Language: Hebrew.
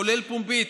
כולל פומבית,